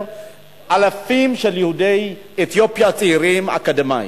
אלפים של צעירים יהודי אתיופיה אקדמאים.